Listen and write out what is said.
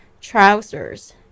Trousers